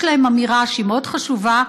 יש להם אמירה שהיא מאוד חשובה,